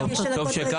טוב שכך.